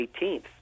18th